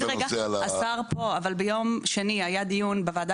השר פה אבל ביום שני היה דיון בוועדה